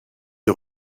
est